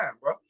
bro